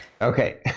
Okay